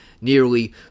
nearly